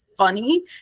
funny